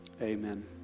Amen